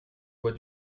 bois